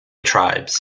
tribes